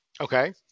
okay